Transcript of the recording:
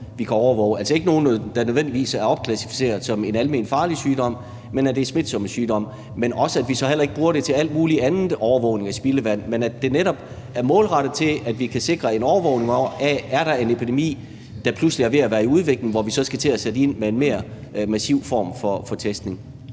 vi kan overvåge, altså ikke nogen, der nødvendigvis er opklassificeret som alment farlige sygdomme, men at det er smitsomme sygdomme. Det er også, at vi så heller ikke bruger det til al mulig anden overvågning af spildevand, men at det netop er målrettet til, at vi kan sikre en overvågning af, om der er en epidemi, der pludselig er ved at være i udvikling, og hvor vi så skal til at sætte ind med en mere massiv form for testning.